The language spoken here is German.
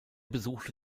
besuchte